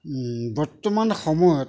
বৰ্তমান সময়ত